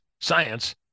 science